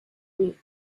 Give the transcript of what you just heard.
nue